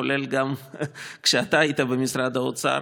כולל כשאתה היית במשרד האוצר,